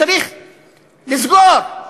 צריך לסגור.